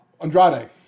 Andrade